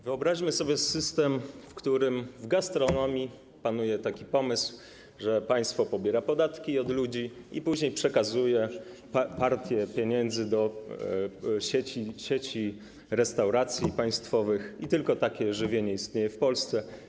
Wyobraźmy sobie system, w którym w gastronomii panuje taki pomysł, że państwo pobiera podatki od ludzi, później przekazuje partię pieniędzy do sieci restauracji państwowych i że tylko taki sposób żywienia istnieje w Polsce.